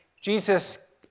Jesus